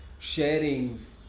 sharings